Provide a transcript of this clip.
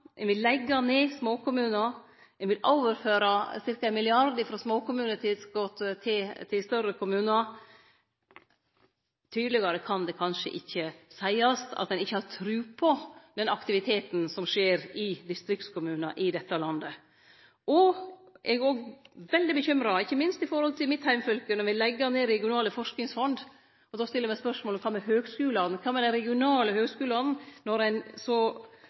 ein vil leggje ned småkommunar, ein vil overføre ca. 1 mrd. kr frå småkommunetilskotet til større kommunar. Tydelegare kan det kanskje ikkje seiast at ein ikkje har tru på den aktiviteten som skjer i distriktskommunar i dette landet. Eg er òg veldig bekymra, ikkje minst når det gjeld mitt heimfylke, når me legg ned regionale forskingsfond. Då stiller eg spørsmålet: Kva med høgskulane, kva med dei regionale høgskulane, når ein